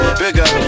bigger